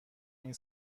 این